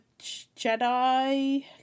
Jedi